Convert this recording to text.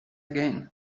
again